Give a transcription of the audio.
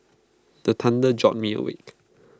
the thunder jolt me awake